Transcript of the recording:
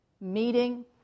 meeting